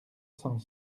cent